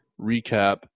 recap